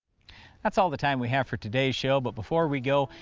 that's all the time we have for today's show, but before we go,